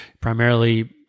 primarily